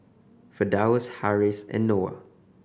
Firdaus Harris and Noah